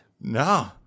No